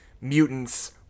mutants